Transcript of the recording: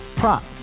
prop